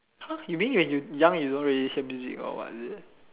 !huh! you mean when you young you don't really hear music or what is it